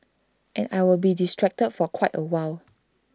and I will be distracted for quite A while